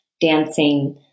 dancing